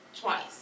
twice